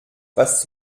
was